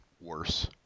worse